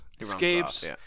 escapes